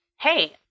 hey